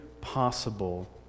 possible